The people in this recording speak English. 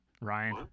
Ryan